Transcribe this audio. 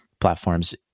platforms